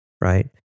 right